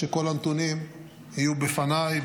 כשכל הנתונים יהיו בפניי,